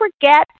forget